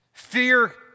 Fear